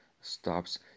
stops